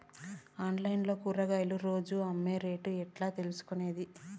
Online లో కూరగాయలు రోజు అమ్మే రేటు ఎట్లా తెలుసుకొనేది?